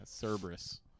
Cerberus